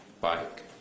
bike